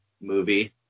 movie